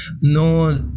no